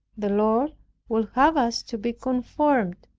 the lord would have us to be conformed,